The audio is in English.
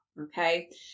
Okay